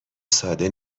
ساده